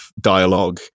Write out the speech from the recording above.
dialogue